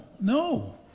no